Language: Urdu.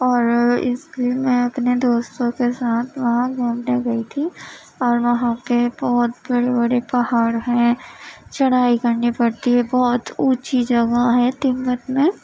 اور اس لیے میں اپنے دوستوں کے ساتھ وہاں گھومنے گئی تھی اور وہاں پہ بہت بڑے بڑے پہاڑ ہیں چڑھائی کرنی پڑتی ہے بہت اونچی جگہ ہے تبت میں